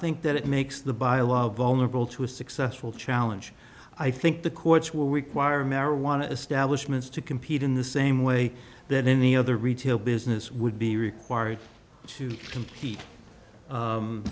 think that it makes the buy a lot of vulnerable to a successful challenge i think the courts will require marijuana establishment to compete in the same way that any other retail business would be required to complete